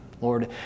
Lord